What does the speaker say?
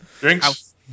Drinks